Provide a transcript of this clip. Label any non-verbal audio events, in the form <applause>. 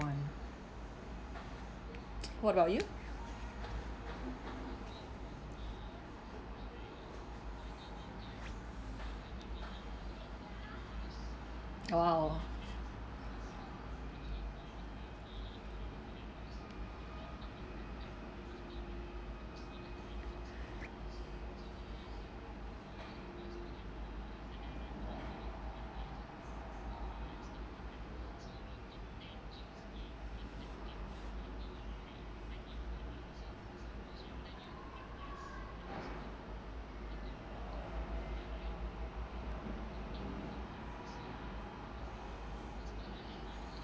want <noise> what about you !wow!